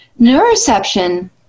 Neuroception